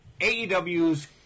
AEW's